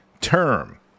term